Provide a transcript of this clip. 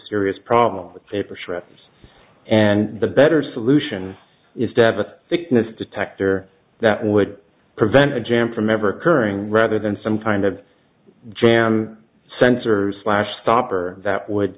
serious problem with paper shredders and the better solution is to have a thickness detector that would prevent the jam from ever occurring rather than some kind of jam sensors flash stopper that would